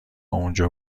اونجا